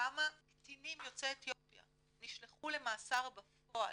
כמה קטינים יוצאי אתיופיה נשלחו למאסר בפועל,